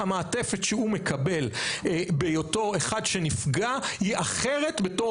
המעטפת שהוא מקבל בהיותו אחד שנפגע היא אחרת בתור